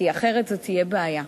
כי אחרת זו תהיה בעיה.